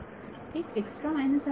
विद्यार्थी एक extra minus आहे